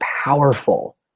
powerful